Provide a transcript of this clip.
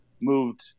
Moved